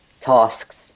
tasks